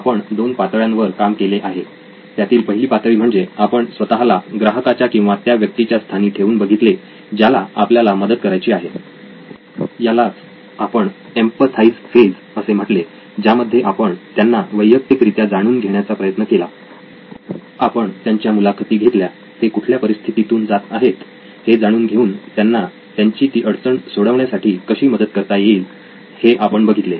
आपण दोन पातळ्यांवर काम केले आहे त्यातील पहिली पातळी म्हणजे आपण स्वतःला ग्राहकाच्या किंवा त्या व्यक्तीच्या स्थानी ठेवून बघितले ज्याला आपल्याला मदत करायची आहे यालाच आपण एम्पथाइज फेज असे म्हटले ज्यामध्ये आपण त्यांना वैयक्तिकरित्या जाणून घेण्याचा प्रयत्न केला आपण त्यांच्या मुलाखती घेतल्या ते कुठल्या परिस्थितीतून जात आहेत हे जाणून घेऊन त्यांना त्यांची ती अडचण सोडवण्यासाठी कशी मदत करता येईल हे आपण बघितले